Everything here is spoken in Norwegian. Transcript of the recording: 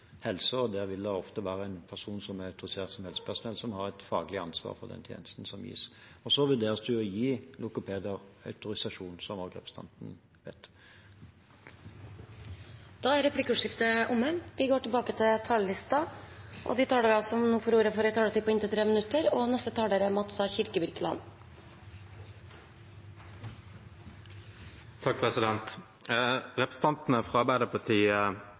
helse, og der vil det ofte være en person som er autorisert som helsepersonell, som har et faglig ansvar for den tjenesten som gis. Og så vurderes det jo å gi logopeder autorisasjon, som også representanten vet. Replikkordskiftet er omme. De talere som heretter får ordet, har en taletid på inntil 3 minutter.